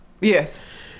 Yes